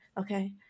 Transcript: Okay